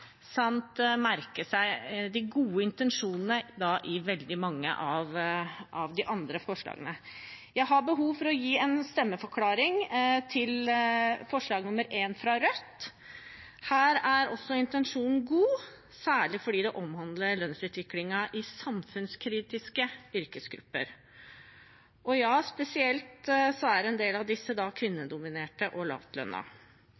merke seg de gode intensjonene i veldig mange av de andre forslagene. Jeg har behov for å gi en stemmeforklaring til forslag nr. 1, fra Rødt. Her er også intensjonen god, særlig fordi det omhandler lønnsutviklingen i samfunnskritiske yrkesgrupper, og ja: En del av disse er spesielt kvinnedominerte og lavtlønnede. Vi i Senterpartiet mener at en